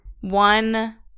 one